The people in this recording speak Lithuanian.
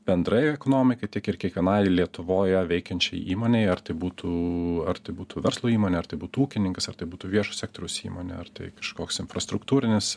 bendrai ekonomikai tiek ir kiekvienai lietuvoje veikiančiai įmonei ar tai būtų ar tai būtų verslo įmonė ar tai būtų ūkininkas ar tai būtų viešo sektoriaus įmonė ar tai kažkoks infrastruktūrinis